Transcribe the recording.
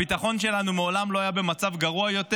הביטחון שלנו מעולם לא היה במצב גרוע יותר